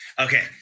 Okay